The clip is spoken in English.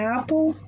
Apple